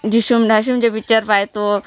ढीशूम ढाशूमचे पिच्चर पाहतो